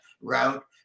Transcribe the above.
route